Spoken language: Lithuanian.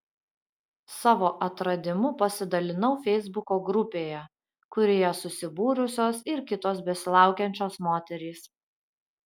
savo atradimu pasidalinau feisbuko grupėje kurioje susibūrusios ir kitos besilaukiančios moterys